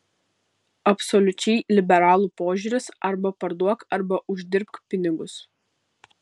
absoliučiai liberalų požiūris arba parduok arba uždirbk pinigus